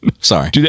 sorry